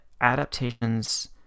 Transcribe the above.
adaptations